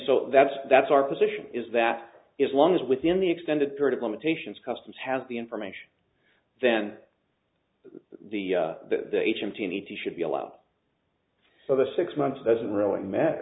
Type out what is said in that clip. so that's that's our position is that is long as within the extended period of limitations customs has the information then the him to need to should be allowed so the six months doesn't really matter